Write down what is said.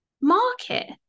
market